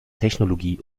technologie